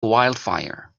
wildfire